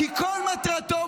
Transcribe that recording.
כי כל מטרתו,